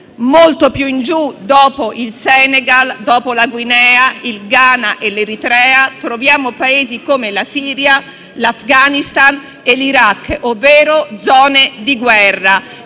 molto più giù, dopo il Senegal, la Guinea, il Ghana e l'Eritrea, troviamo Paesi come la Siria, l'Afghanistan e l'Iraq, ovvero zone di guerra.